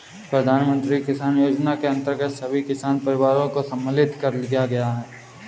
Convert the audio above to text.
प्रधानमंत्री किसान योजना के अंतर्गत सभी किसान परिवारों को सम्मिलित कर लिया गया है